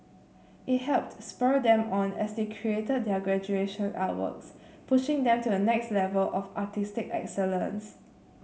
it helped spur them on as they created their graduation artworks pushing them to the next level of artistic excellence